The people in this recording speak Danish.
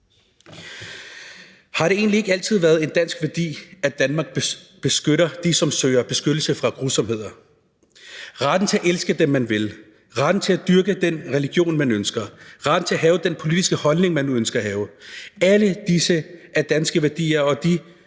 Har det egentlig ikke altid været en dansk værdi, at Danmark beskytter dem, som søger beskyttelse fra grusomheder? Retten til at elske den, man vil, retten til at dyrke den religion, man ønsker at dyrke, retten til at have den politiske holdning, man ønsker at have – alle disse værdier er danske værdier, og de